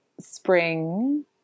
spring